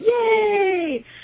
Yay